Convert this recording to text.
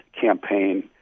campaign